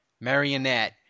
marionette